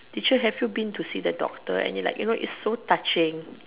teacher have you been to see the doctor and you know like it's so touching